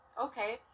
okay